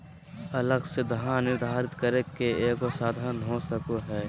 अलग से धन निर्धारित करे के एगो साधन हो सको हइ